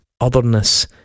otherness